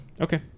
Okay